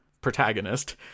protagonist